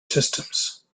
systems